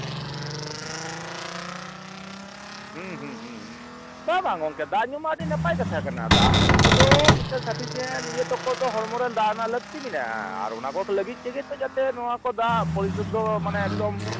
ᱦᱩᱸ ᱦᱩᱸ ᱦᱩᱸ ᱦᱩᱸ ᱦᱩᱸ ᱵᱟᱝ ᱵᱟᱝ ᱜᱚᱝᱠᱮ ᱫᱟᱜ ᱧᱩ ᱢᱟ ᱟᱹᱰᱤ ᱱᱟᱯᱟᱭ ᱠᱟᱛᱷᱟ ᱠᱟᱱᱟ ᱫᱟᱜ ᱧᱩ ᱫᱚ ᱢᱤᱫᱴᱮᱱ ᱥᱟᱯᱷᱤᱥᱤᱭᱮᱱᱴ ᱦᱚᱲᱢᱚ ᱨᱮ ᱫᱟᱜ ᱨᱮᱱᱟᱜ ᱞᱟᱹᱠᱛᱤ ᱢᱮᱱᱟᱜᱼᱟ ᱟᱨ ᱚᱱᱟ ᱠᱚ ᱞᱟᱹᱜᱤᱫ ᱛᱮᱜᱮ ᱛᱚ ᱡᱟᱛᱮ ᱱᱚᱣᱟ ᱠᱚ ᱫᱟᱜ ᱯᱚᱨᱤᱥᱩᱫᱽᱫᱷᱚ ᱢᱟᱱᱮ ᱮᱠᱫᱚᱢ